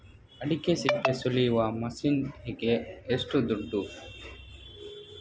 ಅಡಿಕೆ ಸಿಪ್ಪೆ ಸುಲಿಯುವ ಮಷೀನ್ ಗೆ ಏಷ್ಟು ದುಡ್ಡು?